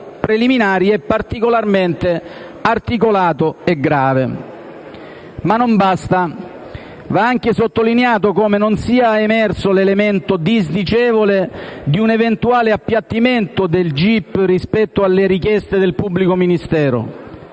preliminari è particolarmente articolato e grave. Ma non basta. Va anche sottolineato come non sia emerso l'elemento disdicevole di un eventuale appiattimento del gip rispetto alle richieste del pubblico ministero.